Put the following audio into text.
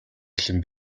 эхлэн